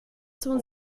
tun